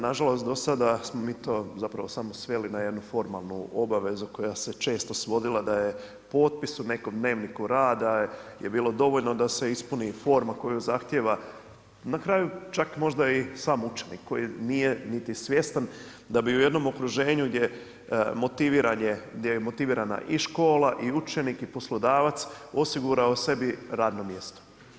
Na žalost do sada smo mi to zapravo samo sveli na jednu formalnu obavezu koja se često svodila da je potpis u nekom dnevniku rada je bilo dovoljno da se ispuni forma koju zahtijeva, na kraju možda i sam učenik koji nije niti svjestan da bi u jednom okruženju gdje je motivirana i škola i učenik i poslodavac osigurao sebi radno mjesto.